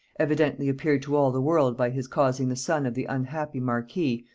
evidently appeared to all the world by his causing the son of the unhappy marquis,